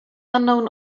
unknown